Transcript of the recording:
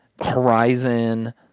Horizon